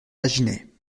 paginet